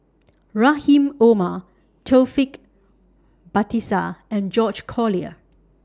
Rahim Omar Taufik Batisah and George Collyer